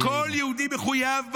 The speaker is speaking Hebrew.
-- שכל יהודי מחויב בה,